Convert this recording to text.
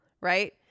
right